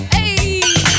Hey